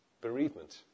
bereavement